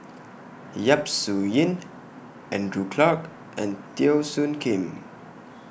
Yap Su Yin Andrew Clarke and Teo Soon Kim